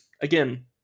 Again